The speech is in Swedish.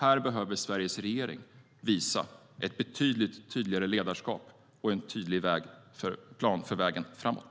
Här behöver Sveriges regering visa ett betydligt tydligare ledarskap och en tydlig plan för vägen framåt.